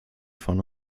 von